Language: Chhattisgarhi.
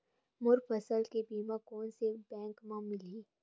मोर फसल के बीमा कोन से बैंक म मिलही?